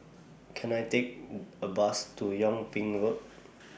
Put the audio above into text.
Can I Take A Bus to Yung Ping Road